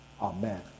Amen